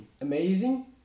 amazing